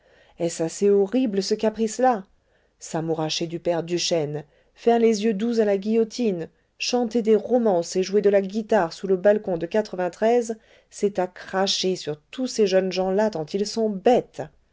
est-ce assez horrible ce caprice là s'amouracher du père duchêne faire les yeux doux à la guillotine chanter des romances et jouer de la guitare sous le balcon de c'est à cracher sur tous ces jeunes gens-là tant ils sont bêtes